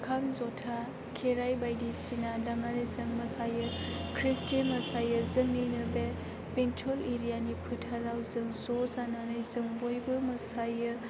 खाम ज'था खेराय बायदिसिना दामनानै जों मोसायो क्रिस्टि मोसायो जोंनिनो बे बेंटल एरिया नि फोथाराव जों ज' जानानै जों बयबो मोसायो